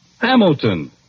Hamilton